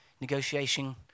negotiation